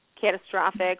catastrophic